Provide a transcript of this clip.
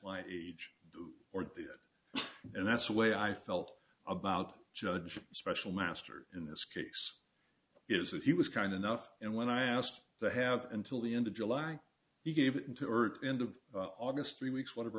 my age or that and that's the way i felt about judge special master in this case is that he was kind enough and when i asked to have until the end of july he gave in to urge end of august three weeks whatever